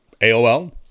AOL